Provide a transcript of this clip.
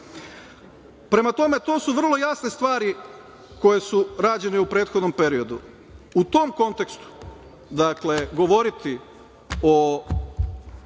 tome, to su vrlo jasne stvari koje su rađene u prethodnom periodu. U tom kontekstu govoriti o